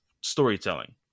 storytelling